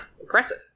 impressive